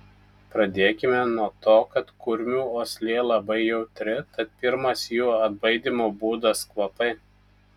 pradėkime nuo to kad kurmių uoslė labai jautri tad pirmas jų atbaidymo būdas kvapai